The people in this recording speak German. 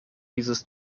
dieses